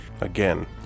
Again